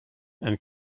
and